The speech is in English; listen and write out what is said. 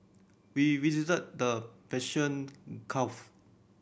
we visited the Persian